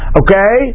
okay